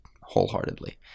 wholeheartedly